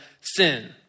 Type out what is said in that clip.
sin